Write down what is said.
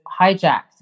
hijacked